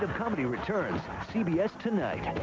comedy returns. cbs tonight.